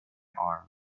arm